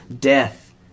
death